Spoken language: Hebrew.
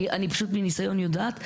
מניסיון אני יודעת,